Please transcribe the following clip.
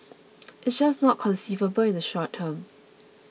it is just not conceivable in the short term